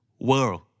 World